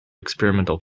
experimental